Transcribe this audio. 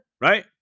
Right